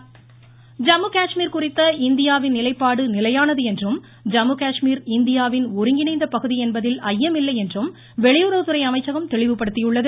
ரவீஷ்குமார் ஜம்மு காஷ்மீர் குறித்த இந்தியாவின் நிலைப்பாடு நிலையானது என்றும் ஜம்மு காஷ்மீர் இந்தியாவின் ஒருங்கிணைந்த பகுதி என்பதில் அய்யமில்லை என்றும் வெளியுறவுத்துறை அமைச்சகம் தெளிவுபடுத்தியுள்ளது